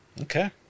Okay